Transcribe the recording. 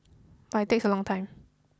but it takes a long time